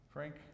Frank